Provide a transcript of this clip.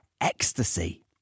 ecstasy